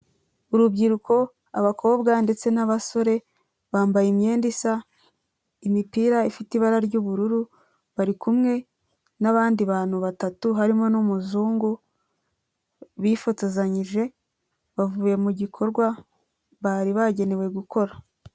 Urubyiruko abakobwa ndetse n'abasore, bambaye imyenda isa, imipira ifite ibara ry'ubururu, bari kumwe n'abandi bantu batatu harimo n'umuzungu bifotozanyije bavuye mu gikorwa bari bagenewe gukora.